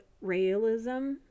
realism